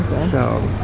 so,